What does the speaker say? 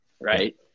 right